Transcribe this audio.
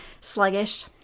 sluggish